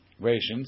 rations